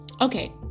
okay